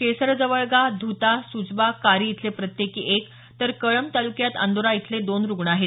केसरजवळगा धुता सुचबा कारी इथले प्रत्येकी एक तर कळंब तालुक्यातल्या अंदोरा इथले दोन रुग्ण आहेत